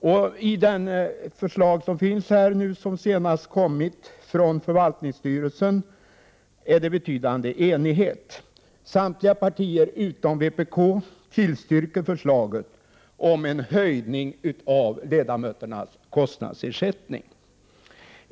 Om det förslag som senast kommit från förvaltningsstyrelsen råder betydande enighet. Samtliga partier utom vpk tillstyrker förslaget om en höjning av ledamöternas kostnadsersättning.